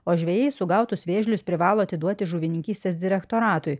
o žvejai sugautus vėžlius privalo atiduoti žuvininkystės direktoratui